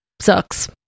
sucks